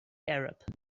arab